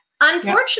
Unfortunately